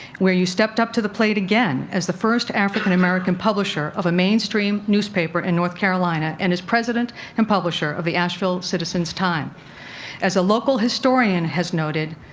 where you stepped up to the plate again as the first african-american publisher of a mainstream newspaper in north carolina, and as president and publisher of the asheville citizen-times. as a local historian has noted,